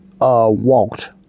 walked